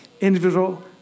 Individual